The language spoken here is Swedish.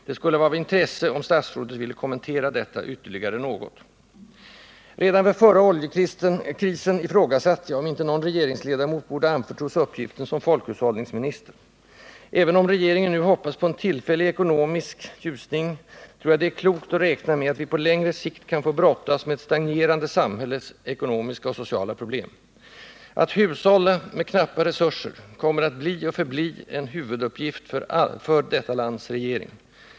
Det skulle vara av intresse om statsrådet ville kommentera detta ytterligare något. Redan vid den förra oljekrisen ifrågasatte jag om inte någon regeringsledamot borde anförtros uppgiften som folkhushållningsminister. Även om regeringen nu hoppas på en tillfällig ekonomisk ljusning, tror jag det är klokt att räkna med att vi på längre sikt kan få brottas med ett stagnerande samhälles ekonomiska och sociala problem. Att hushålla med knappa resurser kommer att bli, och förbli, en huvuduppgift för detta lands regering.